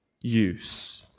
use